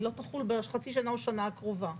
היא לא תחול בחצי שנה או שנה הקרובה.